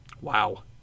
Wow